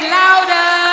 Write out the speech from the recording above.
louder